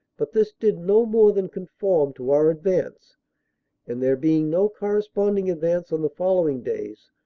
but this did no more than conform to our advance and, there being no corres ponding advance on the following days,